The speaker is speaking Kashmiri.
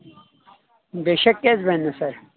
بے شک کیازِ بنہِ نہٕ سر